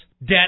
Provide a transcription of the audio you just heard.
Debt